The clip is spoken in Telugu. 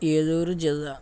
ఏలూరు జిల్లా